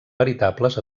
veritables